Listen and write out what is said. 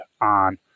on